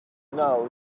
now